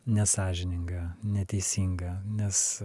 nesąžininga neteisinga nes